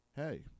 Hey